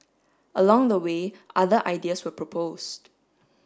along the way other ideas were proposed